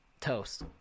toast